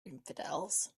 infidels